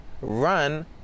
run